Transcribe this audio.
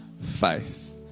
faith